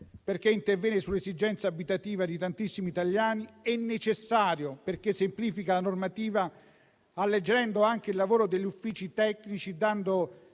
perché interviene sull'esigenza abitativa di tantissimi italiani. È necessario, perché semplifica la normativa alleggerendo anche il lavoro degli uffici tecnici, dando